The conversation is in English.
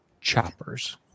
Choppers